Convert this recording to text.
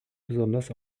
besonders